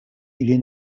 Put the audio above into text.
ili